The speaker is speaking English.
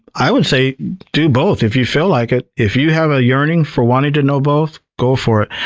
i would say do both if you feel like it. if you have a yearning for wanting to know both, go for it.